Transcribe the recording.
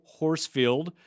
horsefield